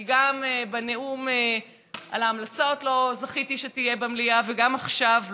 כי גם בנאום על ההמלצות לא זכיתי שתהיה במליאה וגם עכשיו לא.